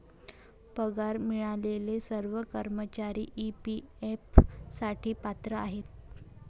पगार मिळालेले सर्व कर्मचारी ई.पी.एफ साठी पात्र आहेत